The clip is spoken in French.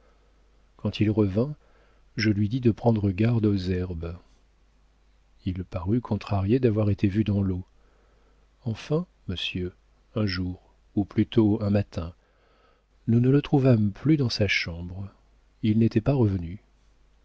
quand il revint je lui dis de prendre garde aux herbes il parut contrarié d'avoir été vu dans l'eau enfin monsieur un jour ou plutôt un matin nous ne le trouvâmes plus dans sa chambre il n'était pas revenu